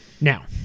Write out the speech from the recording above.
Now